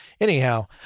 anyhow